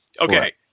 Okay